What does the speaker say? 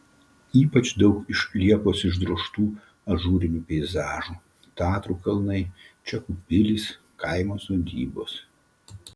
ypač daug iš liepos išdrožtų ažūrinių peizažų tatrų kalnai čekų pilys kaimo sodybos